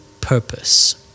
purpose